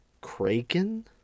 Kraken